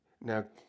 Now